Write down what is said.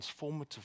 transformative